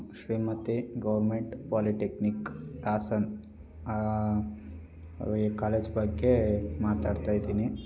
Shrimati government polytechnic Hassan ಅದೇ college ಬಗ್ಗೆ ಮಾತಾಡ್ತಾಯಿದ್ದೀನಿ